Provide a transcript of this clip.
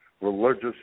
religious